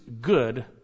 good